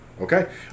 Okay